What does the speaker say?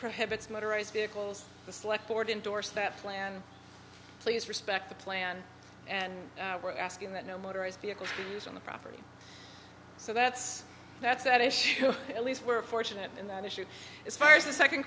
prohibits motorized vehicles the select board indorsed that plan please respect the plan and we're asking that no motorized vehicles be used on the property so that's that's at issue at least we're fortunate in that issue as far as the second